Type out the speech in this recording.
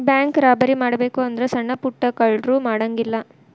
bank robbery ಮಾಡ್ಬೆಕು ಅಂದ್ರ ಸಣ್ಣಾ ಪುಟ್ಟಾ ಕಳ್ರು ಮಾಡಂಗಿಲ್ಲಾ